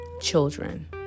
children